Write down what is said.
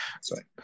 Sorry